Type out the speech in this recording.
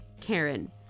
Karen